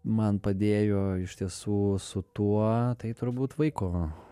man padėjo iš tiesų su tuo tai turbūt vaiko